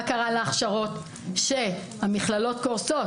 מה קרה להכשרות כשהמכללות קורסות,